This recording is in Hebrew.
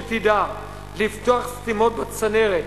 שתדע לפתוח סתימות בצנרת,